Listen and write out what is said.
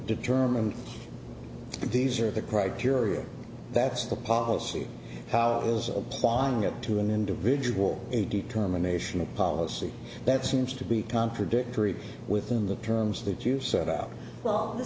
determine these are the criteria that's the policy it is applying it to an individual a determination a policy that seems to be contradictory within the terms that you set up well the